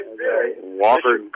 Walker